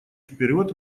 вперед